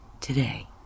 today